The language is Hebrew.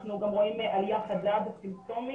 אנחנו גם רואים עלייה חדה בסימפטומים